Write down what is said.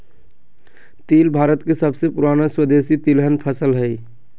तिल भारत के सबसे पुराना स्वदेशी तिलहन फसल हइ